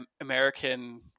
American